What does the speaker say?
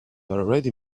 already